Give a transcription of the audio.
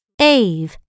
ave